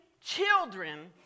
children